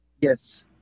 Yes